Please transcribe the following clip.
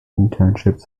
internships